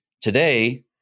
Today